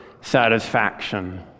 satisfaction